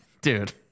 dude